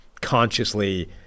consciously